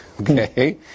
okay